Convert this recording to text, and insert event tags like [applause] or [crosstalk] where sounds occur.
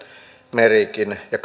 merikin ja [unintelligible]